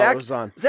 Zach